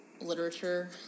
literature